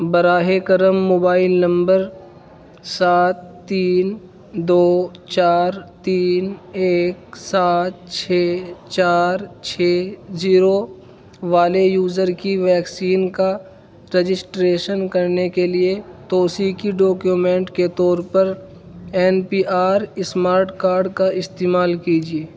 براہ کرم mobile number سات تین دو چار تین ایک سات چھ چار چھ زیرو والے یوزر کی ویکسین کا رجسٹریشن کرنے کے لیے توثیقی ڈاکیومنٹ کے طور پر N P R smart card کا استعمال کیجیے